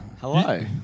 Hello